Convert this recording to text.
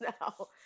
now